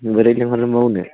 बोरै लिंहरनो बावनो